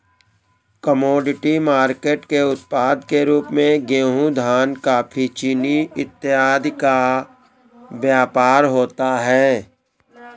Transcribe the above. commodity market के उत्पाद के रूप में गेहूं धान कॉफी चीनी इत्यादि का व्यापार होता है